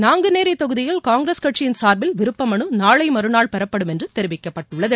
நாங்குநேரி தொகுதியில் காங்கிரஸ் கட்சியின் சாா்பில் விருப்பமனு நாளை மறுநாள் பெறப்படும் என்று தெரிவிக்கப்பட்டுள்ளது